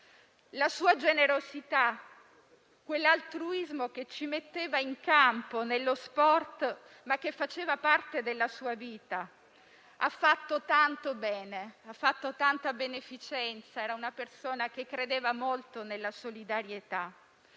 la sua generosità, quell'altruismo che metteva in campo, nello sport, ma che faceva parte della sua vita. Ha fatto tanto bene, ha fatto tanta beneficenza. Era una persona che credeva molto nella solidarietà